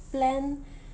plan